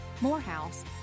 Morehouse